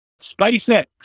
SpaceX